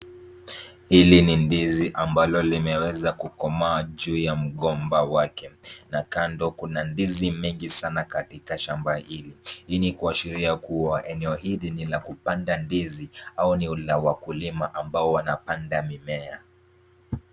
Hili ni ndizi ambalo limeweza kukomaa juu ya mgomba wake na kando kuna ndizi mingi sana katika shamba hili. Hii ni kuashiria kuwa, eneo hili ni la kupanda ndizi au ni la wakulima ambao wanapanda mimea.